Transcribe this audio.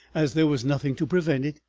as there was nothing to prevent it,